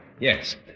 yes